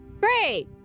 Great